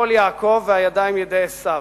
הקול קול יעקב והידיים ידי עשיו.